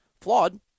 Flawed